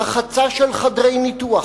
רחצה של חדרי ניתוח,